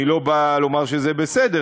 אני לא בא לומר שזה בסדר,